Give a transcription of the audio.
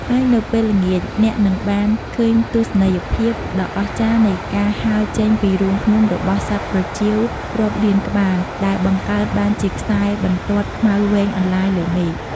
ហើយនៅពេលល្ងាច អ្នកនឹងបានឃើញទស្សនីយភាពដ៏អស្ចារ្យនៃការហើរចេញពីរូងភ្នំរបស់សត្វប្រចៀវរាប់លានក្បាល ដែលបង្កើតបានជាខ្សែបន្ទាត់ខ្មៅវែងអន្លាយលើមេឃ។